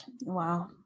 Wow